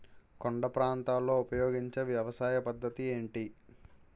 కొండ ప్రాంతాల్లో ఉపయోగించే వ్యవసాయ పద్ధతి ఏంటి?